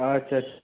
আচ্ছা আচ্ছা